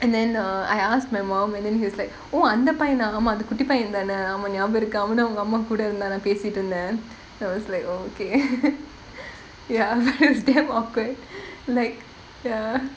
and then err I asked my mom and then he's like oh அந்த பையனா ஆமா அந்த குட்டிப் பையன் தான ஆமா ஞாபகம் இருக்கு அவனும் அவன் அம்மா கூட இருந்தான் நான் பேசிட்டு இருந்தேன்:antha paiyana aaama antha kutty paiyan thaana aamaa nyabagam irukku avanum avan amma kooda irunthaan naan pesittu irunthaen then I was like oh okay ya it was damn awkward like ya